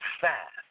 fast